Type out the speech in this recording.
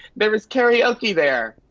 there was karaoke there.